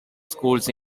schools